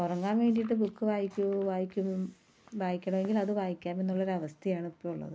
ഉറങ്ങാന് വേണ്ടിയിട്ട് ബുക്ക് വായിക്കു വായിക്കും വായിക്കണമെങ്കിൽ അത് വായിക്കാമെന്നുള്ള ഒരവസ്ഥയാണ് ഇപ്പോൾ ഉള്ളത്